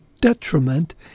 detriment